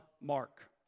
Mark